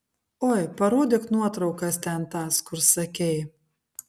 oi parodyk nuotraukas ten tas kur sakei